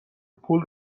پول